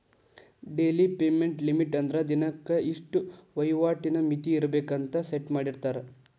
daily payment limit ಅಂದ್ರ ದಿನಕ್ಕೆ ಇಷ್ಟ ವಹಿವಾಟಿನ್ ಮಿತಿ ಇರ್ಬೆಕ್ ಅಂತ ಸೆಟ್ ಮಾಡಿರ್ತಾರ